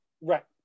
right